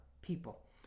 people